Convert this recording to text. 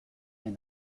and